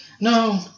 No